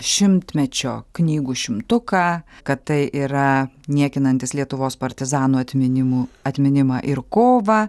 šimtmečio knygų šimtuką kad tai yra niekinantis lietuvos partizanų atminimų atminimą ir kovą